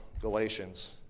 Galatians